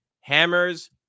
Hammer's